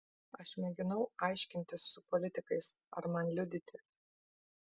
aš mėginau aiškintis su politikais ar man liudyti